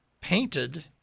painted